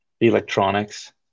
electronics